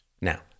Now